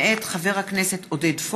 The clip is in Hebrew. מאת חברי הכנסת סאלח סעד, עמיר